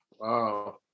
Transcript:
Wow